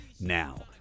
Now